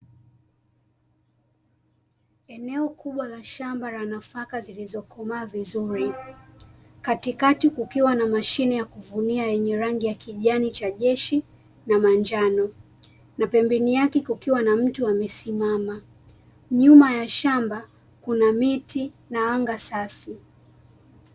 Eneo kubwa la shamba la nafaka zilizokomaa vizuri, katikati kukiwa na mashine ya kuvunia yenye rangi ya kijani cha jeshi na manjano, na pembeni yake kukiwa na mtu amesimama, nyuma ya shamba kuna miti na anga safi.